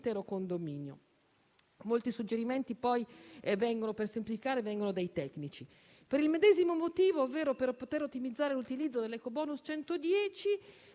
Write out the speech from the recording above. Grazie